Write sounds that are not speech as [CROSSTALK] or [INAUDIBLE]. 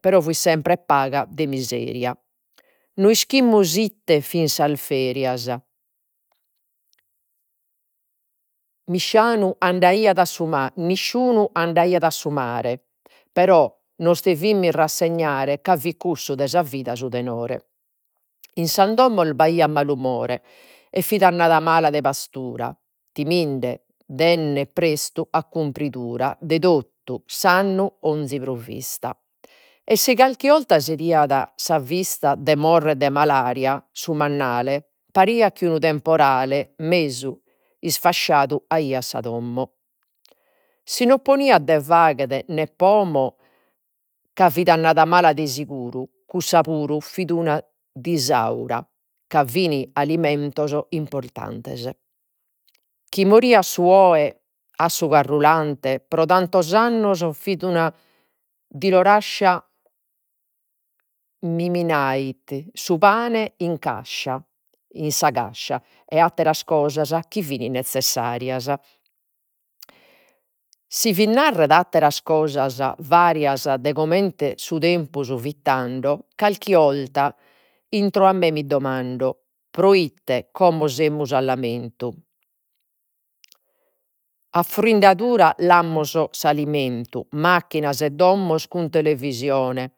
Però fit sempre paga de miseria. No ischimus ite fin sas ferias [UNINTELLIGIBLE] andaiat nisciunu andaiat a su mare, però nos devimus rassegnare ca fit cussu de sa vida su tenore. In sas domos b'aiat malumore e fit annada mala de pastura, timinde de [HESITATION] prestu a cumpridura de totu s'annu 'onzi provvista. E si carchi 'olta si bidiat sa vista de morrer de maladia su mannale, pariat chi unu temporale mesu isfasciadu aiat sa domo. Si no poniat de fagher nè pomo, ca fit annada mala de sicuru cussa puru fit [HESITATION] disaura, ca fin alimentos importantes, chi moriat su oe a su carrulante pro tantos annos fit una [UNINTELLIGIBLE] [UNINTELLIGIBLE] su pane in cascia in sa cascia, e atteras cosas chi fini nezzessarias. Si fit narrer atteras cosas varias de comente su tempus fit tando, carchi 'olta intro 'e me mi domando proite como semus a lamentu. A [UNINTELLIGIBLE] amus s'alimentu macchinas e domos cun televisione